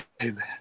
Amen